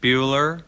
Bueller